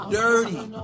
dirty